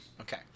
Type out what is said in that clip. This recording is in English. Okay